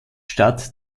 stadt